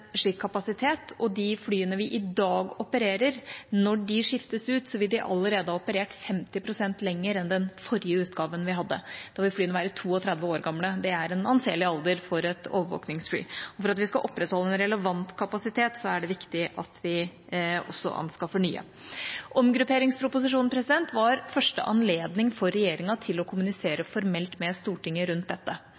slik kapasitet. Når de flyene vi i dag opererer, skiftes ut, vil de allerede ha operert 50 pst. lenger enn den forrige utgaven vi hadde. Da vil flyene være 32 år gamle, en anselig alder for et overvåkningsfly. For at vi skal opprettholde en relevant kapasitet, er det viktig at vi også anskaffer nye. Omgrupperingsproposisjonen var regjeringas første anledning til å kommunisere